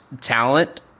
talent